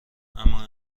اما